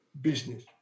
business